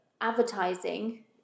advertising